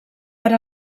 per